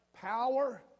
power